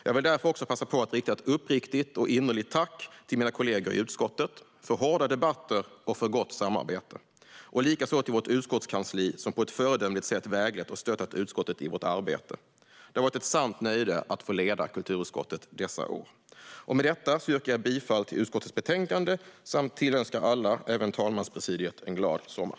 Jag vill därför passa på att rikta ett uppriktigt och innerligt tack till mina kollegor i utskottet för hårda debatter och gott samarbete, liksom till vårt utskottskansli, som på ett föredömligt sätt väglett och stöttat oss i utskottet i vårt arbete. Det har varit ett sant nöje att få leda kulturutskottet dessa år. Med detta yrkar jag bifall till utskottets förslag samt tillönskar alla, även talmanspresidiet, en glad sommar.